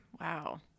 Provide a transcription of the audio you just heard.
Wow